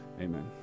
Amen